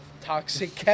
toxic